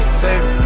save